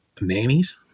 nannies